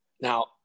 Now